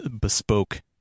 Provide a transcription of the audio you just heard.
bespoke